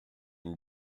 une